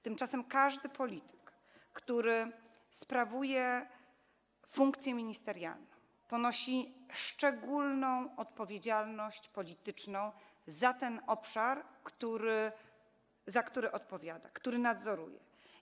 Tymczasem każdy polityk, który sprawuje funkcję ministerialną, ponosi szczególną odpowiedzialność polityczną za ten obszar, za który odpowiada, który nadzoruje.